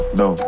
no